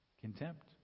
Contempt